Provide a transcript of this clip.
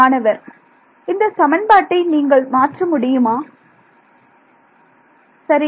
மாணவர் இந்த சமன்பாட்டை நீங்கள் மாற்ற முடியுமா சரி